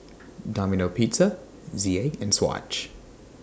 Domino Pizza Z A and Swatch